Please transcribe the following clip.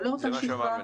לא לכל השכבה,